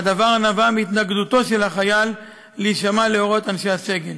והדבר נבע מהתנגדותו של החייל להישמע להוראות אנשי הסגל.